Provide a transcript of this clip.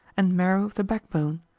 and marrow of the backbone,